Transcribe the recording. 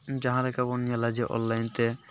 ᱡᱟᱦᱟᱸᱞᱮᱠᱟ ᱵᱚᱱ ᱧᱮᱞᱟ ᱡᱮ ᱚᱱᱞᱟᱭᱤᱱ ᱛᱮ